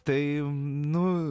tai nu